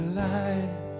life